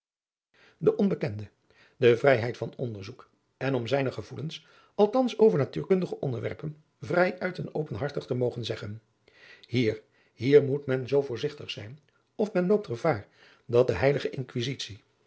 de onbekende de vrijheid van onderzoek en om zijne gevoelens althans over natuurkundige onderwerpen vrij uit en openhartig te mogen zeggen hier hier moet men zoo voorzigtig zijn of men loopt gevaar van de heilige